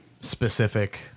specific